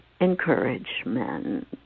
encouragement